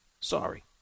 Sorry